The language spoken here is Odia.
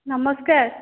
ନମସ୍କାର